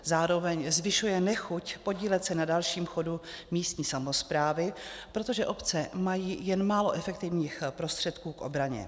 Zároveň zvyšuje nechuť podílet se na dalším chodu místní samosprávy, protože obce mají jen málo efektivních prostředků k obraně.